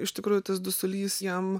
iš tikrųjų tas dusulys jam